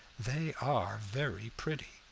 they are very pretty.